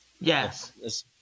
Yes